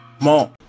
Mom